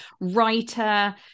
writer